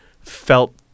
felt